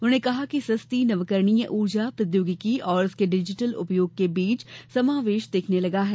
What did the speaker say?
उन्होंने कहा कि सस्ती नवीकरणीय ऊर्जा प्रौद्योगिकी और उसके डिजिटल उपयोग के बीच समावेश दिखने लगा है